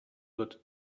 wird